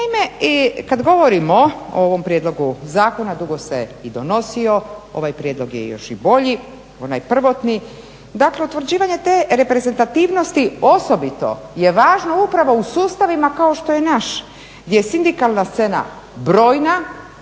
Naime, i kad govorimo o ovom prijedlogu zakona dugo se i donosio, ovaj prijedlog je još i bolji, onaj prvotni. Dakle, utvrđivanje te reprezentativnosti osobito je važno upravo u sustavima kao što je naš gdje je sindikalna scena brojna,